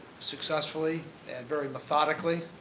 successfully and very methodically,